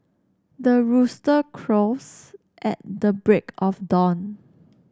the rooster crows at the break of dawn